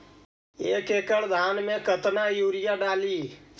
एक एकड़ धान मे कतना यूरिया डाली?